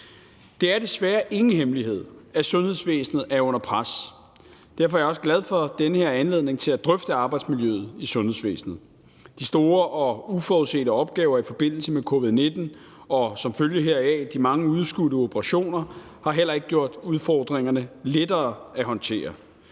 Det er desværre ingen hemmelighed, at sundhedsvæsenet er under pres. Derfor er jeg også glad for den her anledning til at drøfte arbejdsmiljøet i sundhedsvæsenet. De store og uforudsete opgaver i forbindelse med covid-19 og som følge heraf de mange udskudte operationer har heller ikke gjort udfordringerne lettere at håndtere.